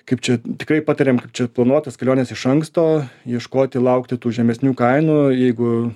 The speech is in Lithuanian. kaip čia tikrai patariam čia planuot tas keliones iš anksto ieškoti laukti tų žemesnių kainų jeigu